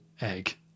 egg